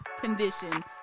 condition